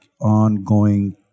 ongoing